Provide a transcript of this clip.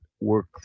work